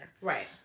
Right